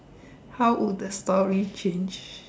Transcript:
how would the story change